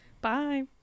Bye